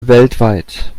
weltweit